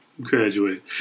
Graduate